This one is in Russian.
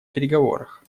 переговорах